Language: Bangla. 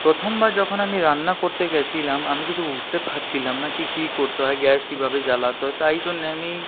প্রথমবার যখন আমি রান্না করতে গেছিলাম আমি কিছু বুঝতে পারছিলাম না কি কি করতে হয় গ্যাস কিভাবে জ্বালাতে হয় তাই জন্যে আমি